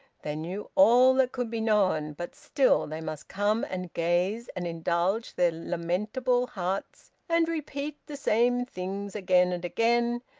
they knew all that could be known but still they must come and gaze and indulge their lamentable hearts, and repeat the same things again and again,